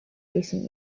recent